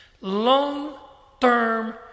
Long-term